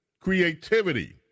creativity